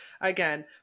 again